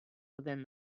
within